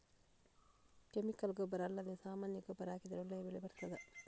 Chemical ಗೊಬ್ಬರ ಅಲ್ಲದೆ ಸಾಮಾನ್ಯ ಗೊಬ್ಬರ ಹಾಕಿದರೆ ಒಳ್ಳೆ ಬೆಳೆ ಬರ್ತದಾ?